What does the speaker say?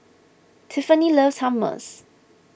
Tiffany loves Hummus